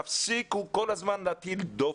תפסיקו כל הזמן להטיל דופי.